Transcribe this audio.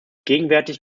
gegenwärtig